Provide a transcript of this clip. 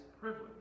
privilege